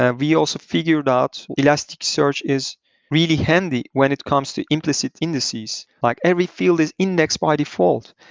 ah we also figured out elasticsearch is really handy when it comes to implicit indices, like every field is indexed by default.